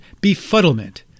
befuddlement